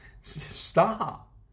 stop